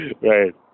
Right